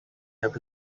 have